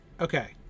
Okay